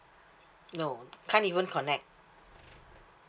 no can't even connect